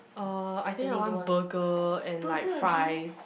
uh I think I want burger and like fries